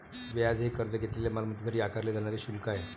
व्याज हे कर्ज घेतलेल्या मालमत्तेसाठी आकारले जाणारे शुल्क आहे